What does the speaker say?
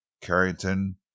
Carrington